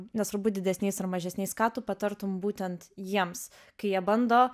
nesvarbu didesniais ar mažesniais ką tu patartum būtent jiems kai jie bando